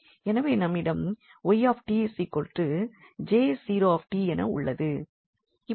எனவே நம்மிடம் 𝑦𝑡 𝐽0𝑡 என உள்ளது